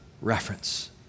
reference